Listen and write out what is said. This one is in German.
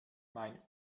mein